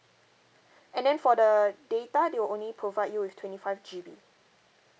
and then for the data they will only provide you with twenty five G_B